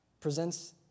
presents